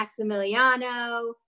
Maximiliano